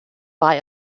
war